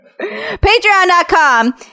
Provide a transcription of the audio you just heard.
Patreon.com